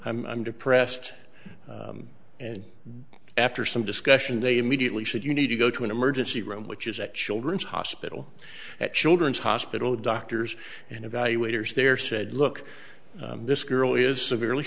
i'm depressed and after some discussion they immediately said you need to go to an emergency room which is at children's hospital at children's hospital the doctors and evaluators there said look this girl is severely